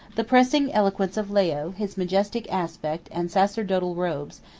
the pressing eloquence of leo, his majestic aspect and sacerdotal robes,